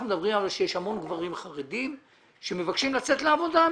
אנחנו מדברים על כך שיש המון גברים חרדים שמבקשים לצאת לעבודה.